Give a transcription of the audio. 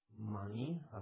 money